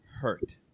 hurt